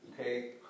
Okay